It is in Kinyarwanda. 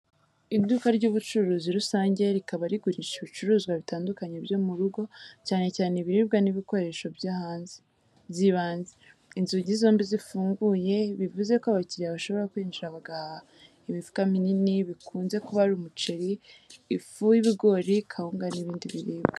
Iduka ry’ubucuruzi rusange rikaba rigurisha ibicuruzwa bitandukanye byo mu rugo cyane cyane ibiribwa n’ibikoresho by'ibanze. Inzugi zombi zifunguye, bivuze ko abakiriya bashobora kwinjira bagahaha. Imifuka minini bikunze kuba ari umuceri, ifu y’ibigori, kawunga, n’ibindi biribwa.